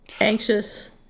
anxious